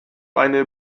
eine